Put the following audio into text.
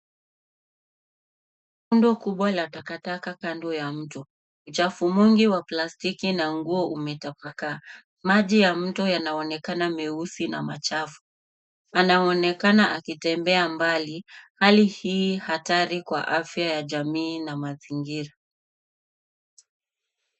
Rundo kubwa ya taka ipo kando ya mto. Uchafuu nyingi za plastiki na nguo zimetapakaa, na maji ya mto yanaonekana meusi na machafu. Anaonekana akitembea mbali, hali hii ikiwa hatari kwa afya ya jamii na mazingira.